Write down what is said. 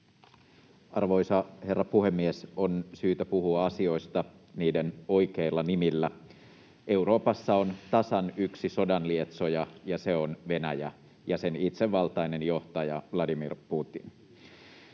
Arvoisa herra puhemies! On syytä puhua asioista niiden oikeilla nimillä. Euroopassa on tasan yksi sodanlietsoja, ja se on Venäjä ja sen itsevaltainen johtaja Vladimir Putin.